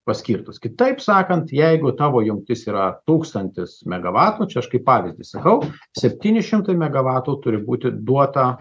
paskirtos kitaip sakant jeigu tavo jungtis yra tūkstantis megavatų čia aš kaip pavyzdį sakau septyni šimtai megavatų turi būti duota